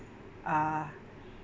uh